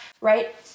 right